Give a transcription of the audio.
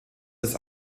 des